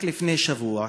רק לפני שבוע,